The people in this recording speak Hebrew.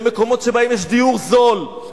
במקומות שבהם יש דיור זול,